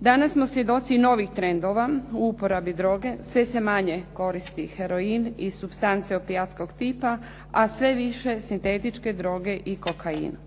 Danas smo svjedoci novih trendova u uporabi droge, sve se manje koristi heroin i supstance opijatskog tipa, a sve više sintetičke droge i kokaina.